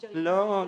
לא.